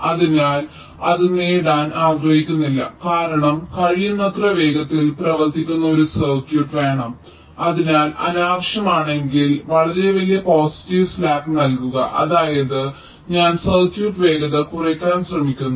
അതിനാൽ അത് നേടാൻ ഞങ്ങൾ ആഗ്രഹിക്കുന്നില്ല കാരണം കഴിയുന്നത്ര വേഗത്തിൽ പ്രവർത്തിക്കുന്ന ഒരു സർക്യൂട്ട് വേണം അതിനാൽ അനാവശ്യമാണെങ്കിൽ വളരെ വലിയ പോസിറ്റീവ് സ്ലാക്ക് നൽകുക അതായത് ഞാൻ സർക്യൂട്ട് വേഗത കുറയ്ക്കാൻ ശ്രമിക്കുന്നു